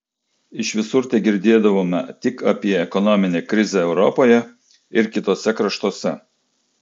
iš visur tegirdėdavome tik apie ekonominę krizę europoje ir kituose kraštuose